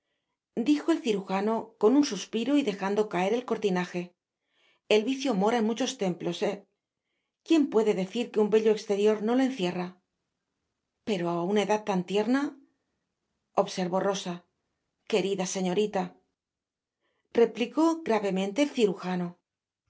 dijo el cirujano con un suspiro y dejando caer el cortinage el vicio mora en muchos templos eh quién puede decir que un bello exterior no lo encierra pero á una edad tan tierna observó llosa querida señorita replicó gravemente el cirujano